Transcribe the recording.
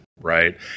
right